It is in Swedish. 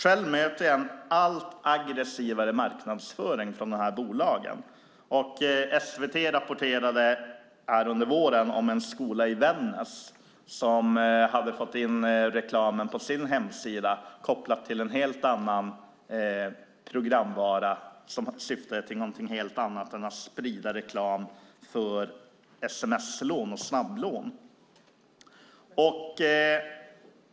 Jag möter en allt aggressivare marknadsföring från de här bolagen. SVT rapporterade under våren om en skola i Vännäs som hade fått in reklam på sin hemsida kopplad till en programvara som syftade till något helt annat än att sprida reklam om sms-lån och snabblån.